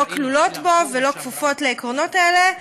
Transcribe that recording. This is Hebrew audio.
לא כלולות בו ולא כפופות לעקרונות האלה,